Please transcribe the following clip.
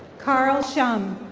carl shung.